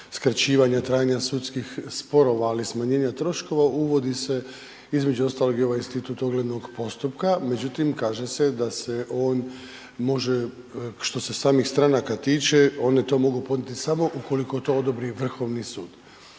skraćivanja trajanja sudskih sporova, ali i smanjenja troškova, uvodi se između ostalog i ovaj institut oglednog postupka. Međutim, kaže se da se on, može, što se samih stranaka tiče, one to mogu podnijeti, samo ukoliko to odobri Vrhovni sud.